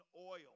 oil